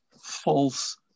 false